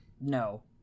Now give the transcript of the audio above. no